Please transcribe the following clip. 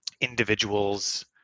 individuals